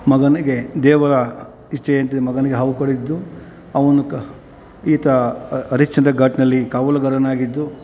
ಮಗನಿಗೆ ದೇವರ ಇಚ್ಛೆಯಂತೆ ಮಗನಿಗೆ ಹಾವು ಕಡಿದು ಅವನು ಕ ಈತ ಅ ಹರಿಚ್ಚಂದ್ರ ಘಾಟ್ನಲ್ಲಿ ಕಾವಲುಗಾರನಾಗಿದ್ದು